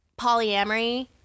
polyamory